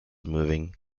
moving